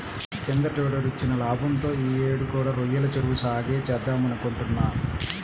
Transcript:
కిందటేడొచ్చిన లాభంతో యీ యేడు కూడా రొయ్యల చెరువు సాగే చేద్దామనుకుంటున్నా